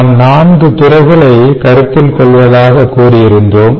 நாம் 4 துறைகளை கருத்தில் கொள்வதாக கூறியிருந்தோம்